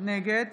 נגד